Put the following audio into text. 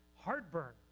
heartburn